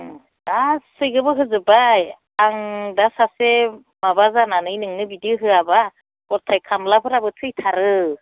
गासैखोबो होजोब्बाय आं दा सासे माबा जानानै नोंनो इदि होआब्ला गथाय खामलाफोराबो थैथारो